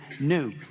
new